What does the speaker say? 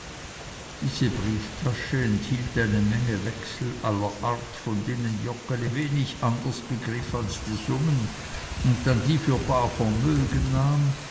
diese brieftasche enthielt eine menge wechsel aller art von denen joggeli wenig anders begriff als die summen und dann die für bar vermögen nahm